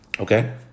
Okay